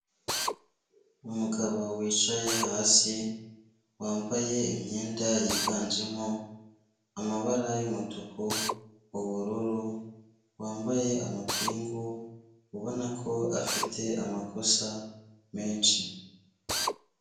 Umugabo wicaye hasi wambaye imyenda yiganjemo amabara y'umutuku, ubururu, wambaye amapingu ubona ko afite amakosa menshi.